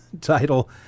title